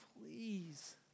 please